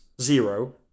zero